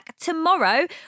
tomorrow